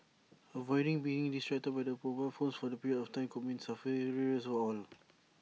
avoiding being distracted by their mobile phones for that period of time could mean safer roads for all